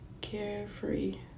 carefree